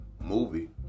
movie